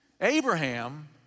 Abraham